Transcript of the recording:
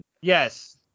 Yes